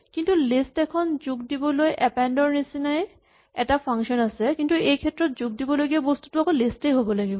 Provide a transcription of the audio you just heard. কিন্তু লিষ্ট এখন যোগ দিবলৈ এপেন্ড ৰ নিচিনাই এটা ফাংচন আছে কিন্তু এইক্ষেত্ৰত যোগ দিব লগীয়া বস্তুটো লিষ্ট এই হ'ব লাগিব